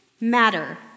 matter